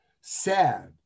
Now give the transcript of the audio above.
sad